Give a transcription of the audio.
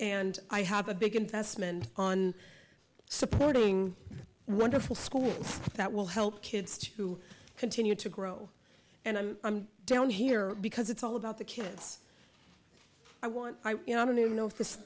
and i have a big investment on supporting wonderful schools that will help kids to continue to grow and i'm down here because it's all about the kids i want you know i don't even know if this